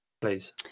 please